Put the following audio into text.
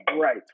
right